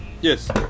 Yes